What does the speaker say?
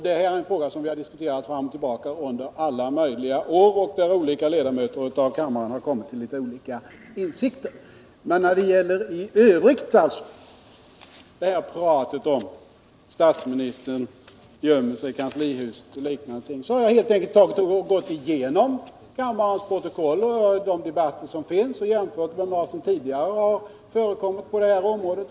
Det är en fråga som vi diskuterat fram och tillbaka under alla år och där ledamöterna i kammaren varit av olika åsikt. Beträffande talet i övrigt om att statsministern gömmer sig i kanslihuset etc. har jag helt enkelt gått igenom kammarens protokoll över debatter och annat som tidigare förekommit på området.